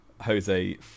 Jose